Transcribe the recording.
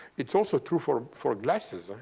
it's also true for for glasses. ah